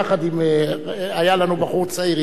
היה לנו בחור צעיר אתנו יחד.